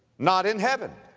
not in heaven.